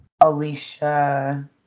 Alicia